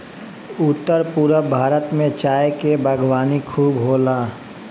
उत्तर पूरब भारत में चाय के बागवानी खूब होला